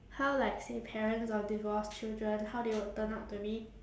how like say parents of divorced children how they would turn out to be